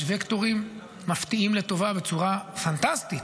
יש וקטורים מפתיעים לטובה בצורה פנטסטית.